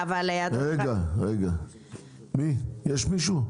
יש מישהו?